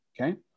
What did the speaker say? Okay